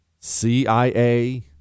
CIA